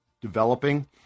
developing